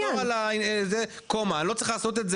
נחזור לקומה, לא צריך לעשות את זה.